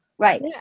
Right